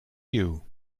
you